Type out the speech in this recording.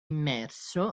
immerso